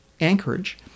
Anchorage